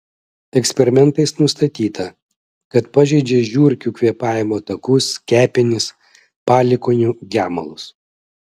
eksperimentais nustatyta kad pažeidžia žiurkių kvėpavimo takus kepenis palikuonių gemalus